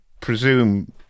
presume